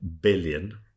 billion